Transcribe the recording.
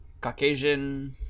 Caucasian